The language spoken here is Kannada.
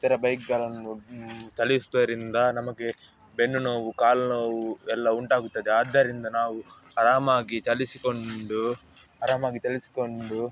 ಇತರ ಬೈಕ್ಗಳನ್ನು ಚಲಿಸುವುದರಿಂದ ನಮಗೆ ಬೆನ್ನುನೋವು ಕಾಲುನೋವು ಎಲ್ಲ ಉಂಟಾಗುತ್ತದೆ ಆದ್ದರಿಂದ ನಾವು ಆರಾಮಾಗಿ ಚಲಿಸಿಕೊಂಡು ಆರಾಮಾಗಿ ಚಲಿಸಿಕೊಂಡು